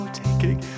taking